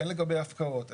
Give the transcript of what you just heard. הן לגבי הפקעות,